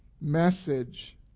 message